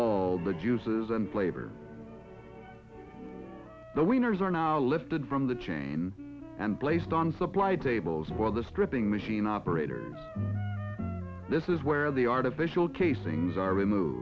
all the juices and flavor the wieners are now lifted from the chain and placed on supplied tables for the stripping machine operators this is where the artificial casings are remove